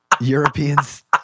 europeans